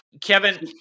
Kevin